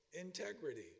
integrity